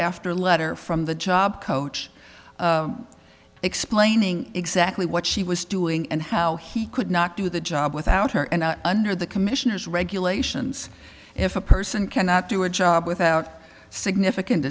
after letter from the job coach explaining exactly what she was doing and how he could not do the job without her and under the commissioner's regulations if a person cannot do a job without significant